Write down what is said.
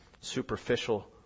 superficial